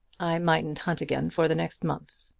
i mightn't hunt again for the next month.